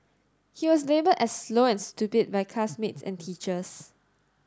he was labelled as slow and stupid by classmates and teachers